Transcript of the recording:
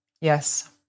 Yes